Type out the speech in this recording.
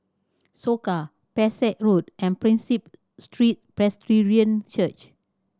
Soka Pesek Road and Prinsep Street Presbyterian Church